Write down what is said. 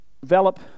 develop